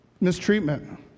mistreatment